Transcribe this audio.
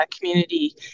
community